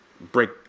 break